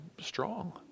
strong